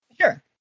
Sure